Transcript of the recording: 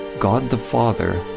god the father,